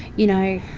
you know,